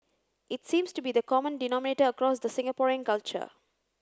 it seems to be the common denominator across the Singaporean culture